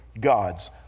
God's